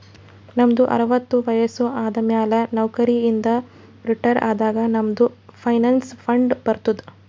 ನಮ್ದು ಅರವತ್ತು ವಯಸ್ಸು ಆದಮ್ಯಾಲ ನೌಕರಿ ಇಂದ ರಿಟೈರ್ ಆದಾಗ ನಮುಗ್ ಪೆನ್ಷನ್ ಫಂಡ್ ಬರ್ತುದ್